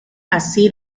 así